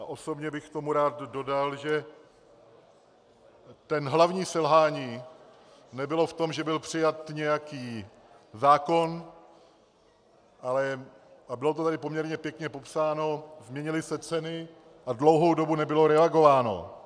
A osobně bych k tomu rád dodal, že hlavní selhání nebylo v tom, že byl přijat nějaký zákon, ale a bylo to tady poměrně pěkně popsáno změnily se ceny a dlouhou dobu nebylo reagováno.